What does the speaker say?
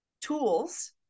tools